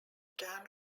john